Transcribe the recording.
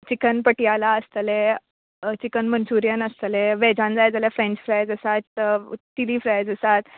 chicken Patiala आसतलें chicken manchurian आसतलें वॅजान जाय जाल्या फ्रँच फ्रायज आसात फ्रायज आसात